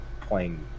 playing